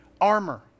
armor